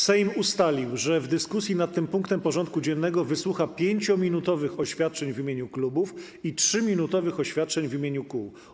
Sejm ustalił, że w dyskusji nad tym punktem porządku dziennego wysłucha 5-minutowych oświadczeń w imieniu klubów i 3-minutowych oświadczeń w imieniu kół.